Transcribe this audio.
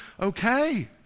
okay